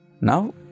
Now